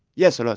yes, a lot.